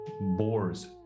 boars